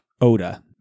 Oda